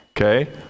Okay